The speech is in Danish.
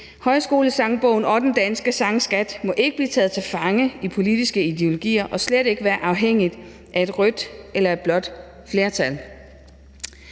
Højskolesangbogen og den danske sangskat må ikke blive taget til fange i politiske ideologier og slet ikke være afhængige af et rødt eller et blåt flertal.